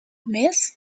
miss